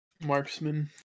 Marksman